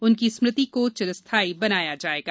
उनकी स्मृति को चिरस्थायी बनाया जायेगा